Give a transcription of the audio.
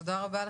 תודה רבה.